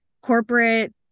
corporate